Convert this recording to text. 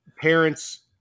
parents